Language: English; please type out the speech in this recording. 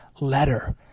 letter